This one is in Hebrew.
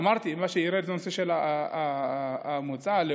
אמרתי, שמה שירד זה הנושא של המוצא, הלאום,